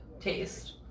taste